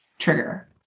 trigger